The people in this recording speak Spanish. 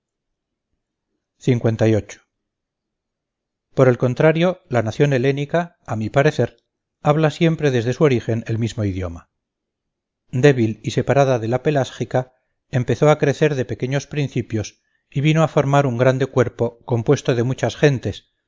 por el contrario la nación helénica a mi parecer habla siempre desde su origen el mismo idioma débil y separada de la pelásgica empezó a crecer de pequeños principios y vino a formar un grande cuerpo compuesto de muchas gentes